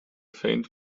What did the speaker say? faint